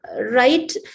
right